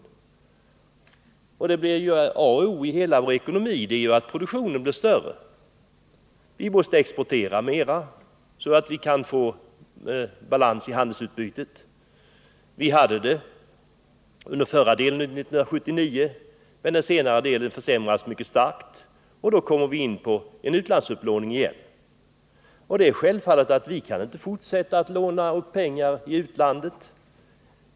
A och O för hela vår ekonomi är emellertid att produktionen växer. Vi måste exportera mera, så att vi kan få balans i handelsutbytet. Vi hade det under den första delen av 1979, men under den senare delen försämrades läget mycket starkt, och vi fick tillgripa utlandsupplåning igen. Självfallet kan vi inte fortsätta att låna upp pengar i utlandet.